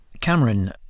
Cameron